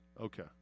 Okay